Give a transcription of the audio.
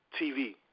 TV